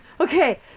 Okay